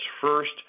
first